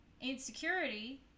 insecurity